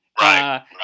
right